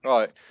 Right